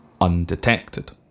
undetected